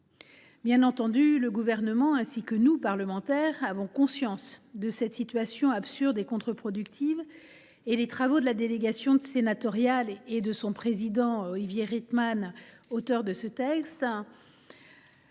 Bien entendu, le Gouvernement comme nous, parlementaires, avons conscience de cette situation absurde et contre productive et les travaux de la délégation sénatoriale aux entreprises et de son président Olivier Rietmann, auteur de ce texte,